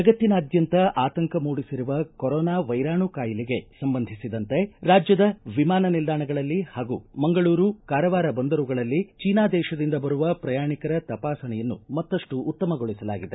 ಜಗತ್ತಿನಾದ್ಯಂತ ಆಶಂಕ ಮೂಡಿಸಿರುವ ಕೊರೋನಾ ವೈರಾಣು ಕಾಯಿಲೆಗೆ ಸಂಬಂಧಿಸಿದಂತೆ ರಾಜ್ಯದ ವಿಮಾನ ನಿಲ್ದಾಣಗಳಲ್ಲಿ ಹಾಗೂ ಮಂಗಳೂರು ಕಾರವಾರ ಬಂದರುಗಳಲ್ಲಿ ಚೀನಾ ದೇಶದಿಂದ ಬರುವ ಪ್ರಯಾಣಿಕರ ತಪಾಸಣೆಯನ್ನು ಮತ್ತಮ್ನ ಉತ್ತಮಗೊಳಿಸಲಾಗಿದೆ